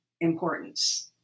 importance